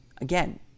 again